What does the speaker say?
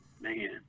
Man